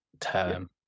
term